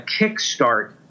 kickstart